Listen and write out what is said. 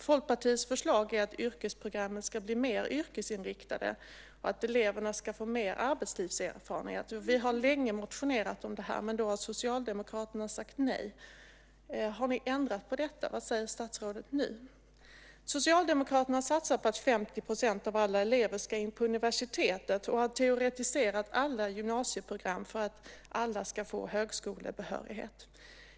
Folkpartiets förslag är att yrkesprogrammen ska bli mer yrkesinriktade och att eleverna ska få mer arbetslivserfarenhet. Vi har länge motionerat om det här, men då har Socialdemokraterna sagt nej. Har ni ändrat på detta? Vad säger statsrådet nu? Socialdemokraterna satsar på att 50 % av alla elever ska in på universitetet och har teoretiserat alla gymnasieprogram för att alla ska få högskolebehörighet.